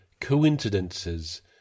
coincidences